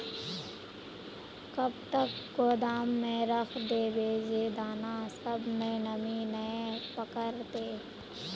कब तक गोदाम में रख देबे जे दाना सब में नमी नय पकड़ते?